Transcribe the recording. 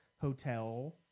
hotel –